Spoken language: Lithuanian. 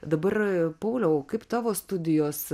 dabar pauliau kaip tavo studijos